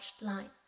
lines